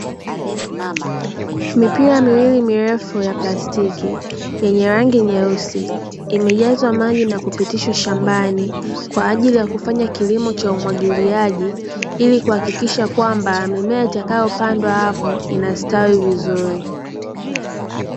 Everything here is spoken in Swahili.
Mipira miwili mirefu ya plastiki yenye rangi nyeusi, imejazwa maji na kupitishwa shambani kwa ajili ya kufanya kilimo cha umwagiliaji, ili kuhakikisha kwamba mimea itakayopandwa hapo inastawi vizuri.